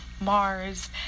Mars